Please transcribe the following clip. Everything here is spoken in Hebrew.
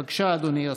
בבקשה, אדוני השר.